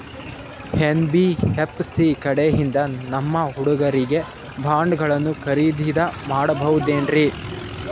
NBFC ಕಡೆಯಿಂದ ನಮ್ಮ ಹುಡುಗರಿಗೆ ಬಾಂಡ್ ಗಳನ್ನು ಖರೀದಿದ ಮಾಡಬಹುದೇನ್ರಿ?